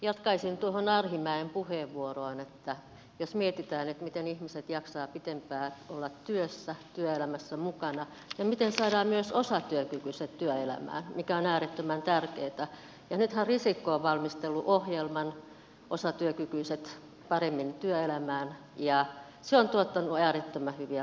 jatkaisin tuohon arhinmäen puheenvuoroon että jos mietitään miten ihmiset jaksavat pitempään olla työssä työelämässä mukana ja miten saadaan myös osatyökykyiset työelämään mikä on äärettömän tärkeätä niin nythän risikko on valmistellut ohjelman osatyökykyiset paremmin työelämään ja se on tuottanut äärettömän hyviä tuloksia